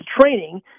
training